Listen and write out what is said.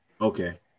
Okay